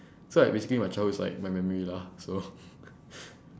so like basically my childhood is like my memory lah so